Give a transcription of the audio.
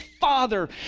Father